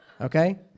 Okay